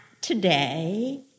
today